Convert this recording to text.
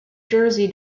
jersey